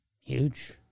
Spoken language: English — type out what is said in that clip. Huge